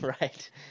right